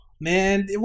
man